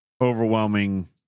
overwhelming